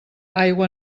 aigua